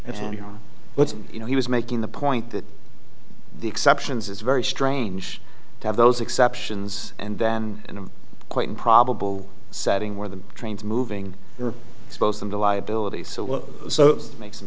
and you know what you know he was making the point that the exceptions it's very strange to have those exceptions and then in a quite improbable setting where the trains moving here expose them to liability so what so makes some